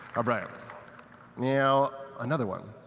but um now another one.